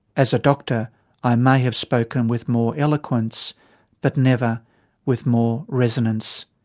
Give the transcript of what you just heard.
as a doctor i may have spoken with more eloquence but never with more resonance.